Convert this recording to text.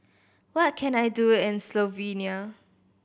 what can I do in Slovenia